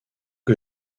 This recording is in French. que